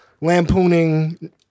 lampooning